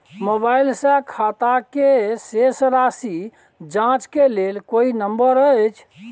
Mobile से खाता के शेस राशि जाँच के लेल कोई नंबर अएछ?